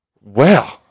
Wow